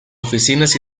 oficinas